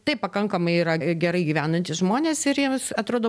tai pakankamai yra gerai gyvenantys žmonės ir jiems atrodo